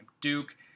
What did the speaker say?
Duke